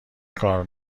کار